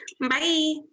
bye